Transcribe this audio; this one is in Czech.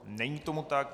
Není tomu tak.